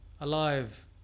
alive